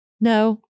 no